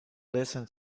listen